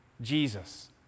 Jesus